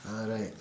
alright